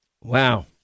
Wow